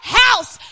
house